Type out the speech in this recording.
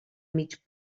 mig